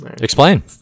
Explain